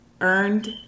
earned